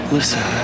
Listen